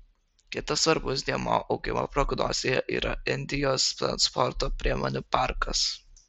kitas svarbus dėmuo augimo prognozėje yra indijos transporto priemonių parkas